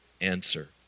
answer